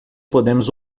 podemos